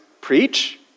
preach